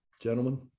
Gentlemen